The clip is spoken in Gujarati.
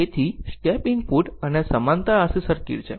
તેથી સ્ટેપ ઇનપુટ અને આ સમાંતર RC સર્કિટ છે